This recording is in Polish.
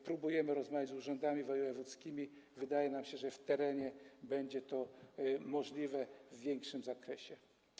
Próbujemy rozmawiać z urzędami wojewódzkimi, wydaje nam się, że w terenie będzie to możliwe w większym zakresie.